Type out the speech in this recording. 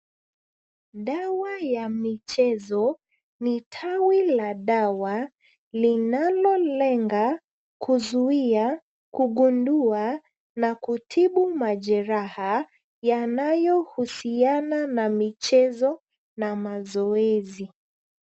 Dawa ya michezo ni tawi la dawa linalolenga kuzuia, kugundua na kutibu majeraha yanayohusiana na michezo na mazoezi.